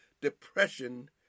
depression